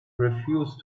refused